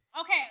okay